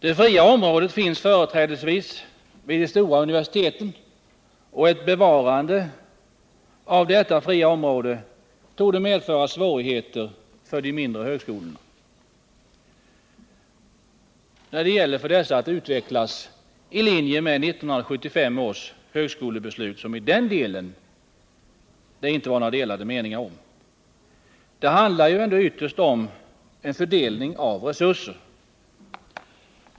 Det fria området finns företrädesvis vid de stora universiteten, och ett bevarande av detta torde medföra svårigheter för de mindre högskolorna. När det gäller deras utveckling i linje med 1975 års högskolebeslut, så råder det inga delade meningar. Det handlar ju ytterst om en fördelning av resurser.